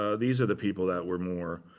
ah these are the people that were more,